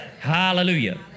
hallelujah